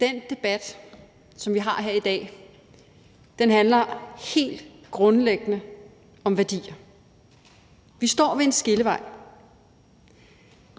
Den debat, som vi har her i dag, handler helt grundlæggende om værdier. Vi står ved en skillevej.